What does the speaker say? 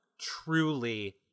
truly